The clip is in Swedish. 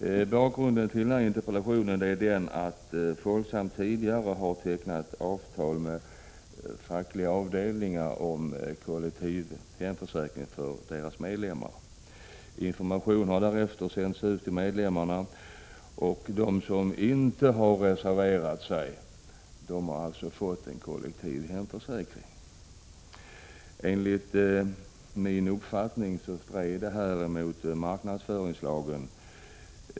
Bakgrunden till interpellationen är att Folksam tidigare har tecknat avtal med fackliga avdelningar om kollektiv hemförsäkring för deras medlemmar. Information har därefter sänts ut till medlemmarna, och de som inte har reserverat sig har fått en kollektiv hemförsäkring. Enligt min uppfattning stred detta mot marknadsföringslagen.